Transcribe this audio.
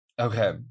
Okay